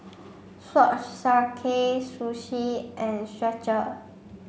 Swatch Sakae Sushi and Skechers